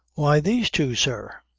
why, these two, sir.